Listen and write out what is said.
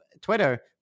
twitter